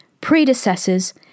predecessors